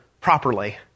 properly